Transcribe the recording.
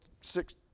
six